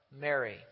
Mary